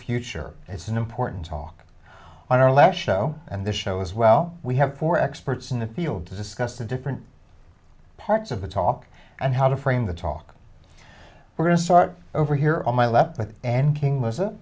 future it's an important talk on our last show and this show as well we have four experts in the field to discuss the different parts of the talk and how to frame the talk we're going to start over here on my left but and king was